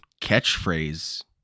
catchphrase